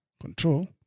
control